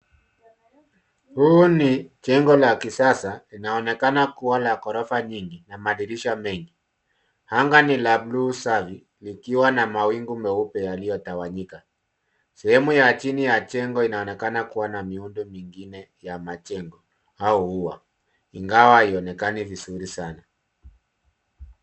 Huu ni jengo la kisasa, inaonekana kuwa la ghorofa nyingi na madirisha mengi. Anga ni la buluu safi likiwa na mawingu meupe yaliyotawanyika. Sehemu ya chini ya jengo inaonekana kuwa na miundo mingine ya majengo au ua, ingawa haionekani vizuri sana.